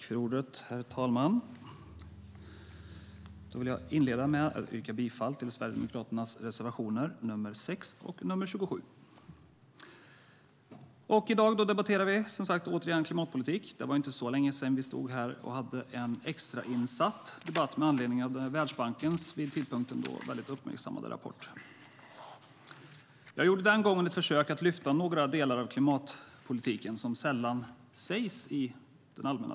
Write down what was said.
Herr talman! Jag vill inleda med att yrka bifall till Sverigedemokraternas reservationer nr 6 och 27. I dag debatterar vi som sagt återigen klimatpolitik. Det var inte så länge sedan vi stod här och hade en extrainsatt debatt med anledning av Världsbankens vid den tidpunkten uppmärksammade rapport. Jag gjorde den gången ett försök att lyfta fram några delar av klimatpolitiken som sällan sägs i debatten.